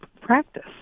practice